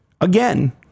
again